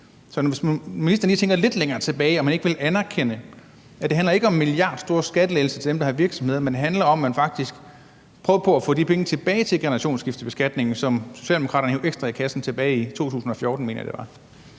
Så hvis ministeren lige tænker lidt længere tilbage, vil ministeren så ikke anerkende, at det ikke handler om milliardstore skattelettelser til dem, der har virksomheder, men om, at man faktisk prøver på at få de penge tilbage til generationsskiftebeskatningen, som Socialdemokraterne hev ekstra i kassen tilbage i 2014? Kl.